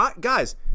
Guys